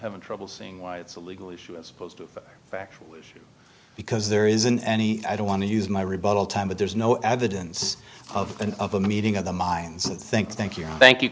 haven't trouble seeing why it's a legal issue as opposed to fact because there isn't any i don't want to use my rebuttal time but there's no evidence of an of a meeting of the minds and think thank you thank you